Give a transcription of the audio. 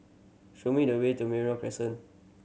show me the way to Merino Crescent